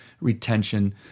retention